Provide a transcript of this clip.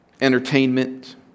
entertainment